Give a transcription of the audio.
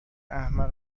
احمق